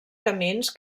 camins